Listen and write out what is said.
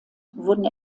wurden